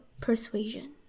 persuasion